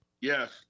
Yes